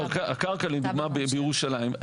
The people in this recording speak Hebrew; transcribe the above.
הקרקע בירושלים,